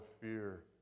fear